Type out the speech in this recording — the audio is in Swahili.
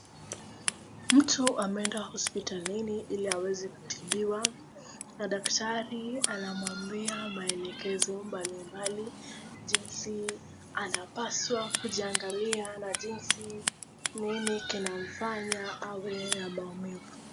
Mtu ameenda hospitalini ili aweze kutibiwa na daktari anamwambia maelekezo mbalimbali jinsi anapaswa kujiangalia na jinsi nini kinamfanya hawe na maumivu.